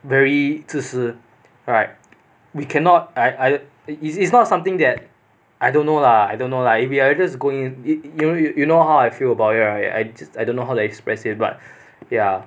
very 自私 right we cannot I I it's it's not something that I don't know lah I don't know lah if you are just going it you you you know how I feel about it right right I just I don't know how express express it but ya